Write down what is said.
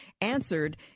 answered